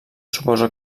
suposo